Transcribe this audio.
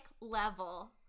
level